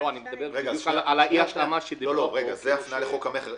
הפניה לחוק המכר.